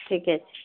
ठीके छै